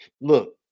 look